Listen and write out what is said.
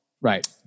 Right